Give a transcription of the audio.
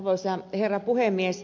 arvoisa herra puhemies